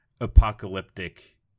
apocalyptic